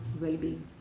well-being